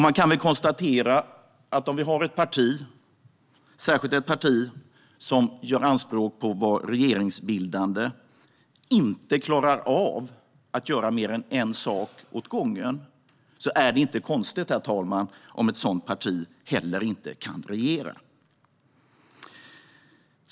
Man kan konstatera att om vi har ett parti, särskilt ett parti som gör anspråk på att vara regeringsbildande, som inte klarar av att göra mer än en sak åt gången är det inte konstigt om ett sådant parti heller inte kan regera.